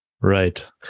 Right